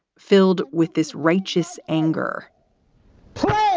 filled with this righteous anger plus